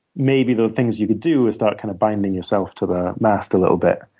maybe the things you could do are start kind of binding yourself to the mast a little bit.